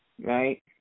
Right